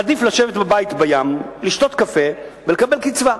עדיף לשבת בבית, בים, לשתות קפה ולקבל קצבה.